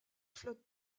flotte